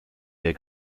der